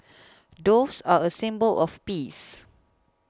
doves are a symbol of peace